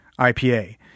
IPA